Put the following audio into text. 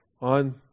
on